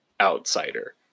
outsider